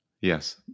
yes